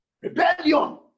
Rebellion